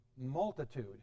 multitude